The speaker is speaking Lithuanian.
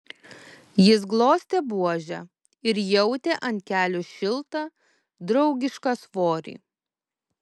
jis glostė buožę ir jautė ant kelių šiltą draugišką svorį